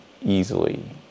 easily